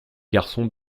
garçons